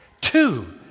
Two